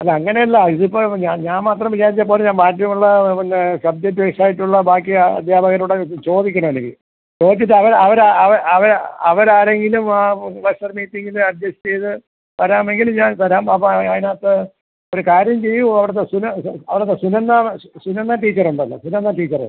അല്ല അങ്ങനെ അല്ല ഇതിപ്പം ഞാൻ ഞാൻ മാത്രം വിചാരിച്ചാൽ പോര ഞാൻ ബാക്കിയുള്ള പിന്നെ സബ്ജക്റ്റ് വൈസ് ആയിട്ടുള്ള ബാക്കി അധ്യാപകരോട് ചോദിക്കണം എനിക്ക് ചോദിച്ചിട്ട് അവർ ആ അവർ ആ അവർ അവർ അവർ ആരെങ്കിലും ആ ക്ലസ്റ്റർ മീറ്റിംഗിൽ അഡ്ജസ്റ്റ് ചെയ്ത് വരാമെങ്കിൽ ഞാൻ തരാം അപ്പം അയ് അതിനകത്ത് ഒരു കാര്യം ചെയ്യൂ അവിടുത്തെ സുനോ അവിടുത്തെ സുനന്ദ മാ സു സുനന്ദ ടീച്ചർ ഉണ്ടല്ലോ സുനന്ദ ടീച്ചർ